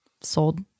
sold